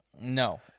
No